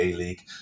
A-League